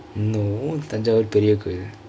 no tanjore Periya Kovil kovil